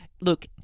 look